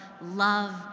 love